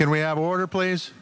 can we have order please